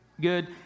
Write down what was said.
Good